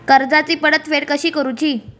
कर्जाची परतफेड कशी करुची?